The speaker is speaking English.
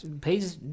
pays